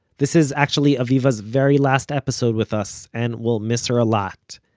this is actually aviva's very last episode with us, and we'll miss her a lot.